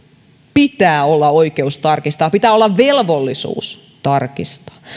pitää olla oikeus tarkistaa pitää olla velvollisuus tarkistaa